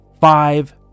Five